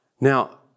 Now